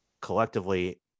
collectively